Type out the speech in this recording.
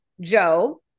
Joe